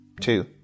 Two